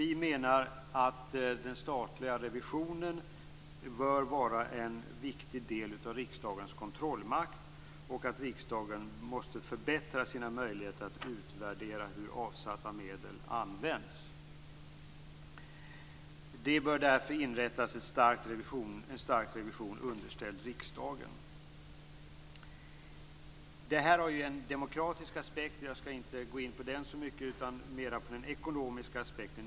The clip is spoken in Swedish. Vi menar att den statliga revisionen bör vara en viktigt del av riksdagens kontrollmakt och att riksdagen måste förbättra sina möjligheter att utvärdera hur avsatta medel används. Det bör därför inrättas en stark revision underställd riksdagen. Det här har ju en demokratisk aspekt, men jag skall inte gå in på den så mycket utan mer på den ekonomiska aspekten.